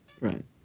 Right